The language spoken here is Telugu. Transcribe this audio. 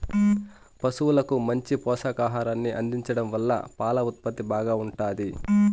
పసువులకు మంచి పోషకాహారాన్ని అందించడం వల్ల పాల ఉత్పత్తి బాగా ఉంటాది